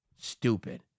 Stupid